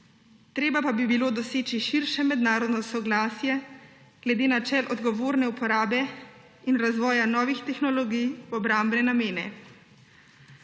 Treba pa bi bilo doseči širše mednarodno soglasje glede odgovorne uporabe in razvoja novih tehnologij v obrambne namene.